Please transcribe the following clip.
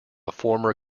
former